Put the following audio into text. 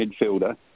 midfielder